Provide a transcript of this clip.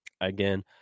Again